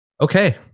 okay